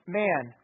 man